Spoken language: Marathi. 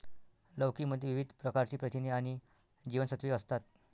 लौकी मध्ये विविध प्रकारची प्रथिने आणि जीवनसत्त्वे असतात